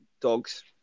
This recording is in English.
dogs